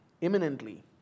imminently